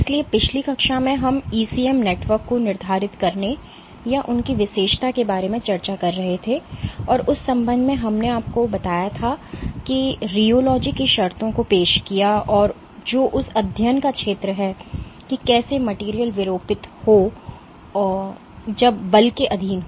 इसलिए पिछली कक्षा में हम ईसीएम नेटवर्क को निर्धारित करने या उनकी विशेषता के बारे में चर्चा कर रहे थे और उस संबंध में हमने आपको पता था कि रियोलॉजी की शर्तों को पेश किया है जो उस अध्ययन का क्षेत्र है कि कैसे मेटेरियल विरूपित हो जब बल के अधीन हो